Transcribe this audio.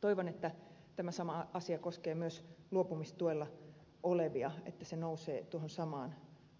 toivon että tämä sama asia koskee myös luopumistuella olevia että se nousee tuohon